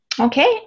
Okay